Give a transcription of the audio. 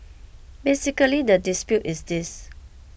basically the dispute is this